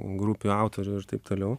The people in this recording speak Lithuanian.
grupių autorių ir taip toliau